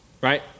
Right